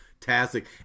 fantastic